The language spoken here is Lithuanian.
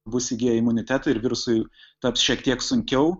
bus įgiję imunitetą ir virusui taps šiek tiek sunkiau